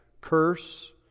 curse